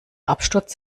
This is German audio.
absturz